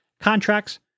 contracts